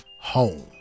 home